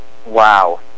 Wow